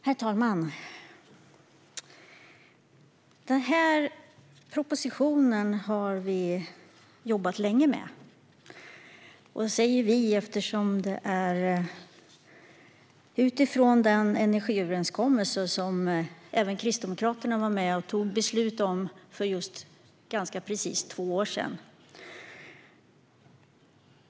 Herr talman! Denna proposition har vi jobbat länge med. Jag säger vi eftersom det är utifrån den energiöverenskommelse som även Kristdemokraterna var med och tog beslut om för ganska precis två år sedan.